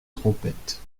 trompette